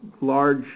large